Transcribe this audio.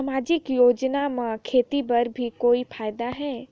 समाजिक योजना म खेती बर भी कोई फायदा है?